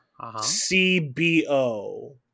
CBO